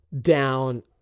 down